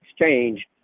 exchange